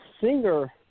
singer